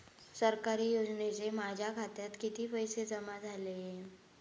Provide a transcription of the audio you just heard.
सरकारी योजनेचे माझ्या खात्यात किती पैसे जमा झाले?